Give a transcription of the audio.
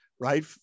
right